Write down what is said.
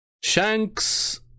shanks